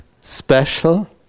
special